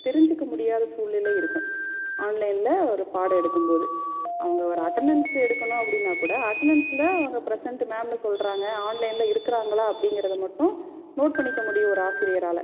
தெரிஞ்சிக்க முடியாத சூழ்நிலை இருக்கும் ஆன்லைனில் ஒரு பாடம் எடுக்கும் போது அவங்க ஒரு அட்டேனன்ஸ் எடுக்கணும் அப்படினா கூட அட்னன்ஸில் அவங்க ப்ரெசன்ட் மேம்னு சொல்கிறாங்க ஆன்லைனில் இருக்கிறாங்களா அப்டிங்கிறத மட்டும் நோட் பண்ணிக்க முடியும் ஒரு ஆசிரியரால்